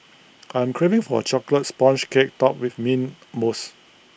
I'm craving for A Chocolate Sponge Cake Topped with Mint Mousse